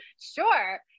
Sure